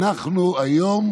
אנחנו היום